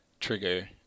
trigger